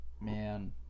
man